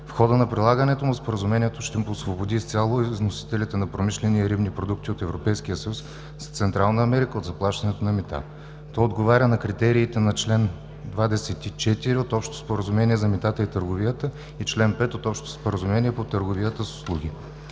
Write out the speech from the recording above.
В хода на прилагането му Споразумението ще освободи изцяло износителите на промишлени и рибни продукти от Европейския съюз за Централна Америка от заплащането на мита. То отговаря на критериите на чл. 24 от Общото споразумение за митата и търговията и чл. 5 от Общото споразумение по търговията с услуги.